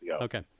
Okay